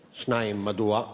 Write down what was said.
מדוע?